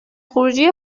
خروجی